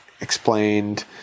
explained